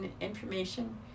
information